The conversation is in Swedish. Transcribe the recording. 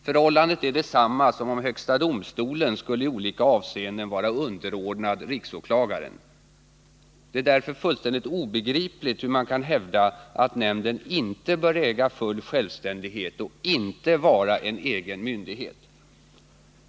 Förhållandet är detsamma som om högsta domstolen i olika avseenden skulle vara underordnad riksåklagaren. Det är därför fullständigt obegripligt att man kan hävda att nämnden inte bör äga full självständighet och inte bör vara en egen myndighet.